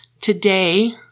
Today